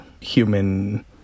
human